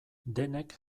denek